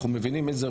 אנחנו מבינים את זה,